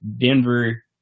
Denver